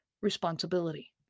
responsibility